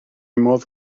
modd